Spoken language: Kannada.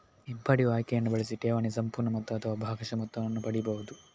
ಹಿಂಪಡೆಯುವ ಆಯ್ಕೆಯನ್ನ ಬಳಸಿ ಠೇವಣಿಯ ಸಂಪೂರ್ಣ ಮೊತ್ತ ಅಥವಾ ಭಾಗಶಃ ಮೊತ್ತವನ್ನ ಪಡೀಬಹುದು